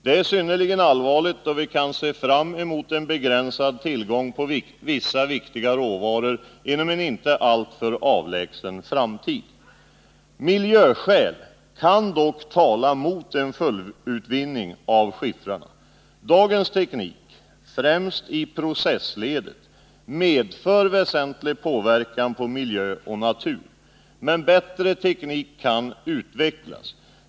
Det är synnerligen allvarligt, då vi kan se fram emot en begränsad tillgång på vissa viktiga råvaror inom en inte alltför avlägsen framtid. Miljöskäl kan dock tala mot en fullutvinning av de svenska skiffrarna. Dagens teknik — främst i processledet — medför väsentlig påverkan på miljö och natur. Men bättre teknik kan utvecklas.